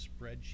spreadsheet